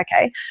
Okay